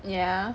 yeah